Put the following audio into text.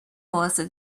melissa